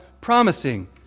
promising